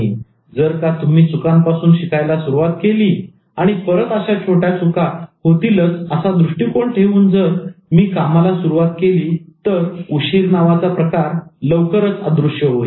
परंतु जर का तुम्ही चुकांपासून शिकायला सुरुवात केली आणि परत अशा छोट्या चुका होतीलच असा दृष्टिकोन ठेवून जर मी कामाला सुरुवात केली तर उशीर नावाचा प्रकार लवकरच अदृश्य होईल